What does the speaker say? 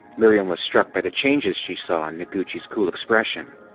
miriam was struck by the changes she saw in noguchi's cool expression.